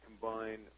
combine